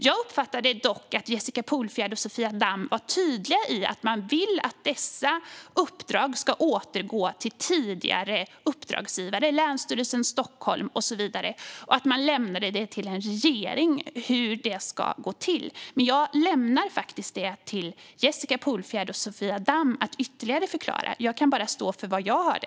Jag uppfattade dock att Jessica Polfjärd och Sofia Damm var tydliga med att de ville att dessa uppdrag ska återgå till tidigare uppdragsgivare - Länsstyrelsen i Stockholm och så vidare - och att de ville lämna det till en regering att besluta hur det ska till. Men jag lämnar det till Jessica Polfjärd och Sofia Damm att ytterligare förklara detta. Jag kan bara stå för vad jag hörde.